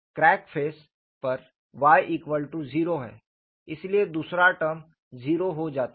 crack face पर y0 है इसलिए दूसरा टर्म 0 हो जाता है